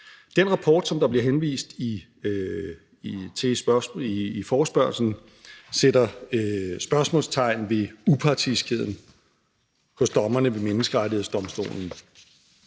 Den rapport, som der bliver henvist til i forespørgslen, sætter spørgsmålstegn ved upartiskheden hos dommerne ved Menneskerettighedsdomstolen.